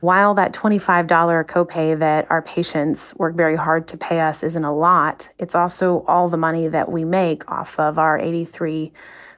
while that twenty five dollars copay that our patients work very hard to pay us isn't a lot, it's also all the money that we make off of our eighty three